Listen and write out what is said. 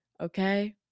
okay